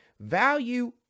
value